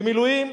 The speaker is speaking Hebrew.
במילואים,